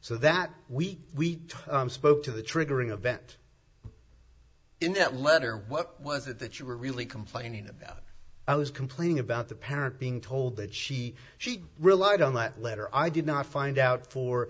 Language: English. so that we spoke to the triggering event in that letter what was it that you were really complaining about i was complaining about the parent being told that she she relied on that letter i did not find out for